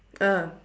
ah